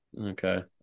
Okay